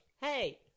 Hey